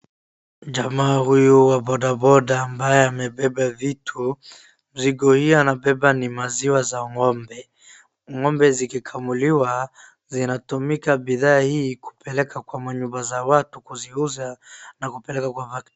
Jamaa huyu wa bodaboda ambaye amebeba vitu, mzigo hii anabeba ni maziwa za ng'ombe. Ng'ombe zikikamuliwa zinatumika bidhaa hii kupeleka kwenye manyumba ya watu kuziuza na kupeleka kwa market .